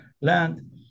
land